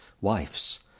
wives